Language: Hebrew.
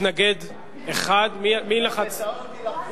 מתנגד אחד, מי לחץ?